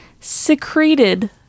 secreted